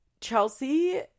Chelsea